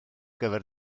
gyfer